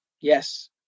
Yes